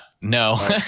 no